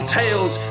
tales